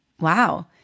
Wow